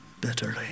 bitterly